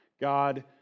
God